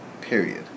Period